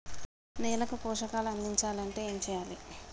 నేలకు పోషకాలు అందించాలి అంటే ఏం చెయ్యాలి?